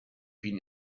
been